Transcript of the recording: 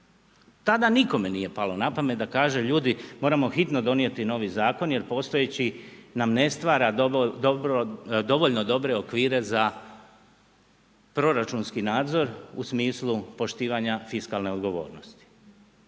Tada nikome nije palo na pamet, da kažemo ljudi, moramo hitno donijeti novi zakon, jer postojeći nam ne stvara dovoljno dobre okvire za proračunski nadzor u smislu poštivanja fiskalne odgovornosti,